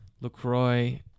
LaCroix